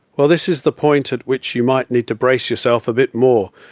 well this is the point at which you might need to brace yourself a bit more,